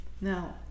Now